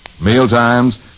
Mealtimes